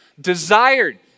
desired